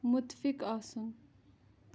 مُتفِق آسُن